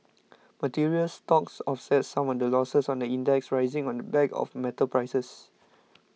materials stocks offset some of the losses on the index rising on the back of metals prices